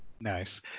Nice